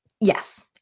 yes